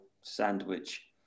sandwich